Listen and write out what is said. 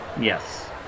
Yes